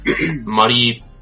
muddy